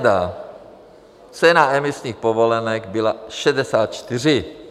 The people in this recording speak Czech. Tehdy cena emisních povolenek byla 64 .